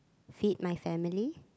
feed my family